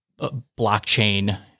blockchain